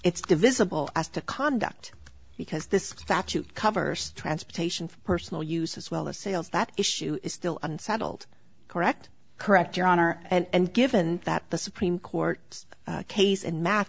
it's divisible as to conduct because this statute covers transportation for personal use as well as sales that issue is still unsettled correct correct your honor and given that the supreme court case in math